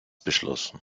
beschlossen